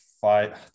five